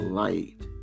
light